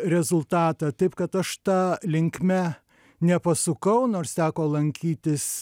rezultatą taip kad aš ta linkme nepasukau nors teko lankytis